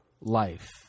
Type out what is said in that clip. life